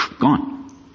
Gone